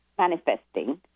Manifesting